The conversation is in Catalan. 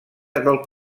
del